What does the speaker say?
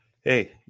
Hey